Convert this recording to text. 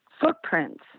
footprints